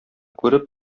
күреп